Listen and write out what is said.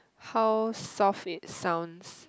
how soft it sounds